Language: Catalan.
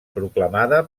proclamada